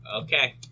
Okay